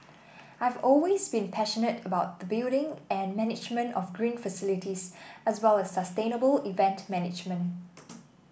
I have always been passionate about the building and management of green facilities as well as sustainable event management